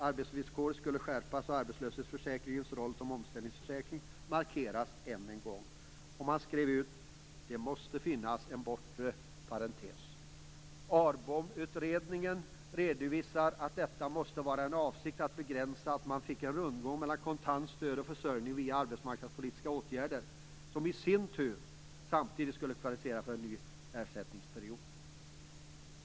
Arbetsvillkoret skulle skärpas och arbetslöshetsförsäkringens roll som omställningsförsäkring markeras än en gång. Man skrev: "Det måste finnas en bortre parentes." ARBOM utredningen redovisar att detta måste ha avsikten att begränsa att man fick en rundgång mellan kontant stöd och försörjning via arbetsmarknadspolitiska åtgärder, som i sin tur samtidigt skulle kvalificera för en ny ersättningsperiod.